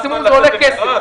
מקסימום זה עולה כסף.